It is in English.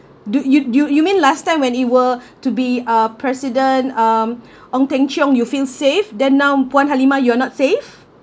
do you do you mean last time when it were to be a president um ong-teng-cheong you feel safe then now puan halimah you're not safe